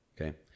okay